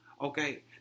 Okay